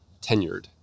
tenured